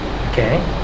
okay